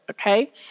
Okay